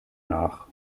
nach